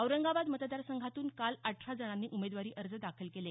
औरंगाबाद मतदार संघातून काल अठरा जणांनी उमेदवारी अर्ज दाखल केले